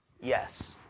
yes